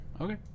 Okay